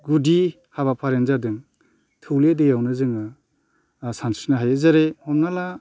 गुदि हाबाफारियानो जादों थौले दैयावनो जोङो सानस्रिनो हायो जेरै हमना ला